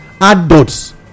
adults